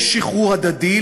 יש שחרור הדדי,